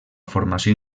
formació